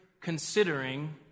considering